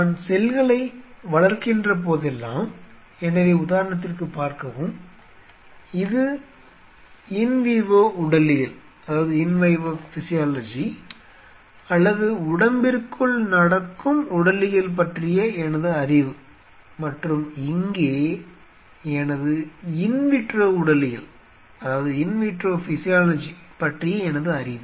நான் செல்களை வளர்க்கின்றபோதெல்லாம் எனவே உதாரணத்திற்கு பார்க்கவும் இது இன் விவோ உடலியல் அல்லது உடம்பிற்குள் நடக்கும் உடலியல் பற்றிய எனது அறிவு மற்றும் இங்கே எனது இன் விட்ரோ உடலியல் பற்றிய எனது அறிவு